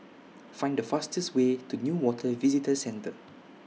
Find The fastest Way to Newater Visitor Centre